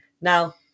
Now